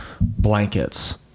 blankets